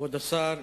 כבוד השר,